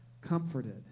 comforted